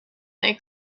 they